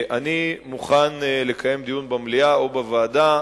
אני מוכן לקיים דיון במליאה או בוועדה,